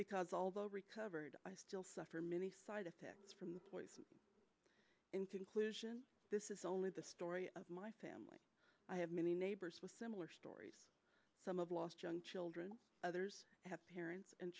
because although recovered i still suffer many side effects from poison into conclusion this is only the story of my family i have many neighbors with similar stories some of lost young children others have parents and